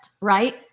Right